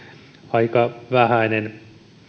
aika vähäinen